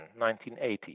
1980